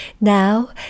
Now